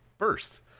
First